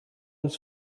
its